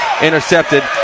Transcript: Intercepted